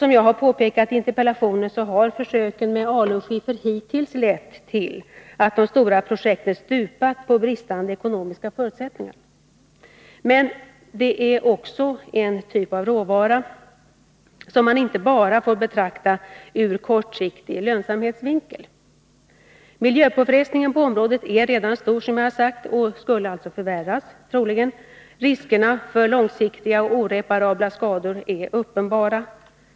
Som jag har påpekat i interpellationen har försöken med alunskiffer hittills lett till att de stora projekten stupat på grund av brist på ekonomiska förutsättningar. Men det här är också en typ av råvara som man inte får bedöma bara från kortsiktig lönsamhetssynpunkt. Miljöpåfrestningen på området är, som sagt, redan stor och skulle troligen bli ännu större. Riskerna för långsiktiga och oreparabla skador är uppenbara.